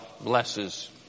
blesses